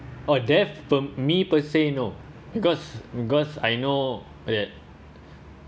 or deaths for me per se no because because I know okay